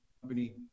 company